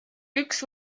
üks